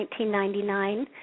1999